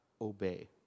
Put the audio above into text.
obey